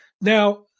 Now